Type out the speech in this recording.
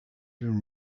even